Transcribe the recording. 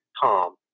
tom